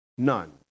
none